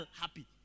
happy